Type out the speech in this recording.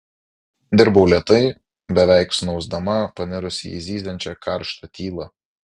dirbau lėtai beveik snausdama panirusi į zyziančią karštą tylą